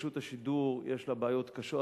רשות השידור, יש לה בעיות קשות.